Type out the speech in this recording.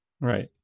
right